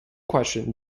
question